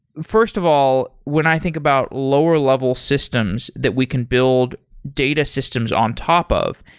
first of all, when i think about lower-level systems that we can build data systems on top of,